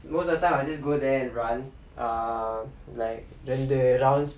most of the time I just go there and run err like ரெண்டு:rendu rounds